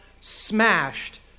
smashed